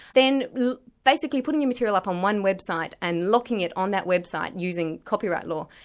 then basically putting your material up on one website and locking it on that website, using copyright law,